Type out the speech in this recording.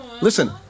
listen